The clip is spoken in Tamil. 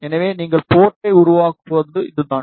எனவே நீங்கள் போர்ட்டை உருவாக்குவது இதுதான்